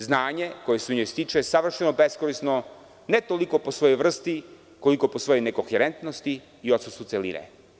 Znanje koje se u njoj stiče savršeno beskorisno, ne toliko po svojoj vrsti koliko po svojoj nekoherentnosti i odsustvu celine.